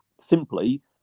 simply